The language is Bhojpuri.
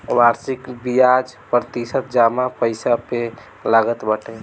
वार्षिक बियाज प्रतिशत जमा पईसा पे लागत बाटे